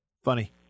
Funny